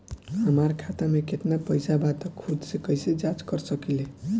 हमार खाता में केतना पइसा बा त खुद से कइसे जाँच कर सकी ले?